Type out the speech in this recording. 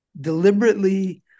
deliberately